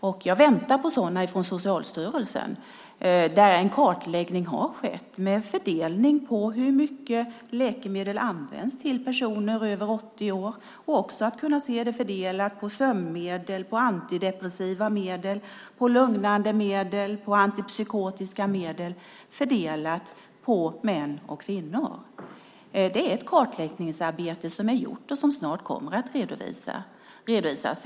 Och jag väntar på sådana från Socialstyrelsen, där en kartläggning har skett av hur mycket läkemedel som används till personer över 80 år, också användningen av sömnmedel, antidepressiva medel, lugnande medel och antipsykotiska medel fördelat på män och kvinnor. Det är ett kartläggningsarbete som är gjort och som snart kommer att redovisas.